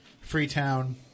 Freetown